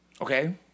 Okay